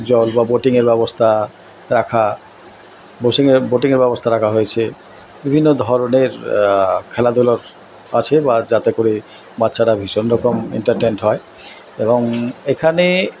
জল বা বোটিংয়ের ব্যবস্তা রাখা বোটিংয়ের ব্যবস্তা রাখা হয়েছে বিভিন্ন ধরনের খেলাধুলো আছে বা যাতে করে বাচ্চারা ভীষণ রকম এন্টারটেনড হয় এবং এখানে